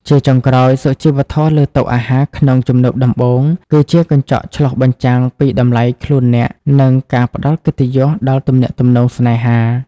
ជាចុងក្រោយ សុជីវធម៌លើតុអាហារក្នុងជំនួបដំបូង គឺជាកញ្ចក់ឆ្លុះបញ្ចាំងពីតម្លៃខ្លួនអ្នក និងការផ្ដល់កិត្តិយសដល់ទំនាក់ទំនងស្នេហា។